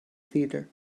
theatre